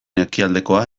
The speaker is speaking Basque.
ekialdekoa